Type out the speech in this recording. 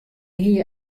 hie